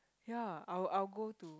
ya I will I will go to